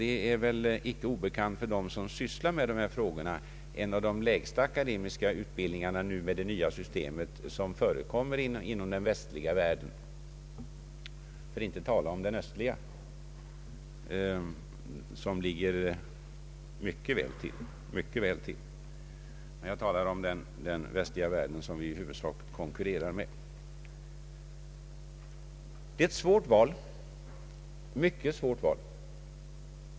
Det torde inte vara obekant för dem som sysslar med dessa frågor att vi med vårt nya s.k. PUKAS-system har något av den lägsta kvaliteten på universitetsutbildning som förekommer i den västliga världen, för att nu inte tala om den östliga. Vi står här inför ett svårt val.